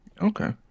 Okay